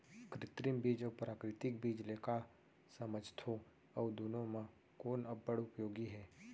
कृत्रिम बीज अऊ प्राकृतिक बीज ले का समझथो अऊ दुनो म कोन अब्बड़ उपयोगी हे?